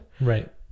Right